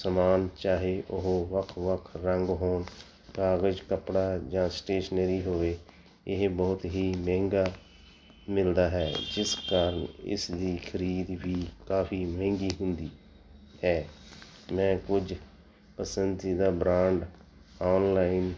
ਸਮਾਨ ਚਾਹੇ ਉਹ ਵੱਖ ਵੱਖ ਰੰਗ ਹੋਣ ਤਾਂ ਵਿੱਚ ਕੱਪੜਾ ਜਾਂ ਸਟੈਸ਼ਨਰੀ ਹੋਵੇ ਇਹ ਬਹੁਤ ਹੀ ਮਹਿੰਗਾ ਮਿਲਦਾ ਹੈ ਜਿਸ ਕਾਰਨ ਇਸ ਦੀ ਖਰੀਦ ਵੀ ਕਾਫੀ ਮਹਿੰਗੀ ਹੁੰਦੀ ਹੈ ਮੈਂ ਕੁਝ ਪਸੰਦੀਦਾ ਬ੍ਰਾਂਡ ਔਨਲਾਈਨ